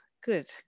good